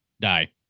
die